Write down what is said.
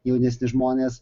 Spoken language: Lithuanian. jaunesni žmonės